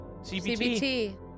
CBT